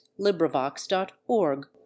LibriVox.org